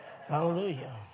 Hallelujah